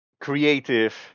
creative